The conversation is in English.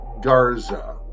Garza